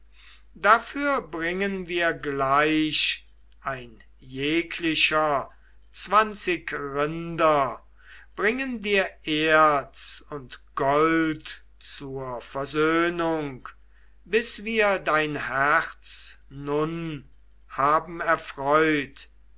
dafür bringen wir gleich ein jeglicher zwanzig rinder bringen dir erz und gold zur versöhnung bis wir dein herz nun haben